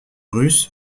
russe